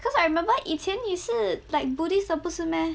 cause I remember 以前你是 like buddhist 的不是 meh